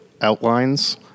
outlines